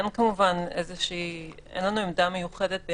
אין לנו עמדה מיוחדת,